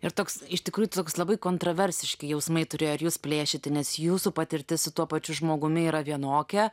ir toks iš tikrųjų toks labai kontroversiški jausmai turėjo ir jus plėšyti nes jūsų patirtis su tuo pačiu žmogumi yra vienokia